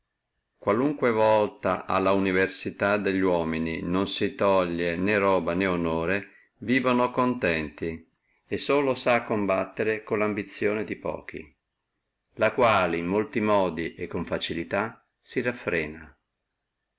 qualunque volta alle universalità delli uomini non si toglie né roba né onore vivono contenti e solo si ha a combattere con la ambizione di pochi la quale in molti modi e con facilità si raffrena